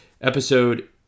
episode